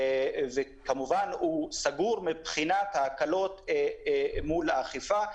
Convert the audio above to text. כמובן הוא סגור מבחינת ההקלות מול האכיפה.